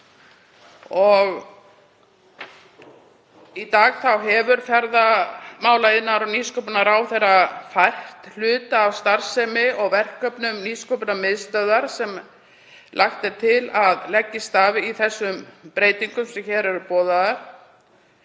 Í dag hefur ferðamála-, iðnaðar- og nýsköpunarráðherra fært hluta af starfsemi og verkefnum Nýsköpunarmiðstöðvar, sem lagt er til að leggist af í þeim breytingum sem hér eru boðaðar.